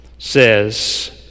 says